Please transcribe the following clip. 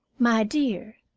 my dear,